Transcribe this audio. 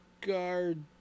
Guard